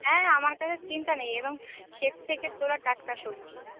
হ্যাঁ আমার কাছে চিন্তা নেই এরকম ক্ষেত থেকে তোলা টাটকা সবজি